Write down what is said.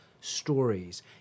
stories